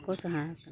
ᱠᱚ ᱥᱟᱦᱟ ᱟᱠᱟᱱᱟ